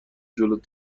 جلوت